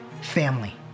Family